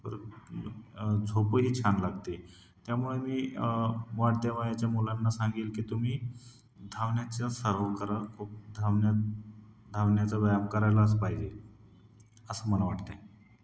तर झोपंही छान लागते त्यामुळे मी वाढत्या वयाच्या मुलांना सांगेल की तुम्ही धावण्याचा सराव करा खूप धावण्या धावण्याचा व्यायाम करायलाच पाहिजे असं मला वाटतं